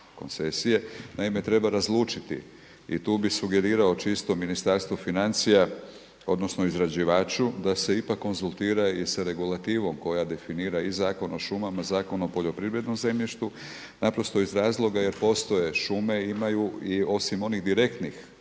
koncesije. Naime, treba razlučiti i tu bi sugerirao čisto Ministarstvu financija odnosno izrađivaču da se ipak konzultira i sa regulativom koja definira i Zakon o šumama, Zakon o poljoprivrednom zemljištu, naprosto iz razloga jer postoje šume, imaju i osim onih direktnih